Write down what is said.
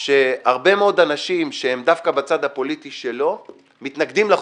שהרבה מאוד אנשים שהם דווקא בצד הפוליטי שלו מתנגדים לחוק.